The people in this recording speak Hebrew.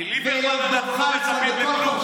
מליברמן אנחנו לא מצפים לכלום.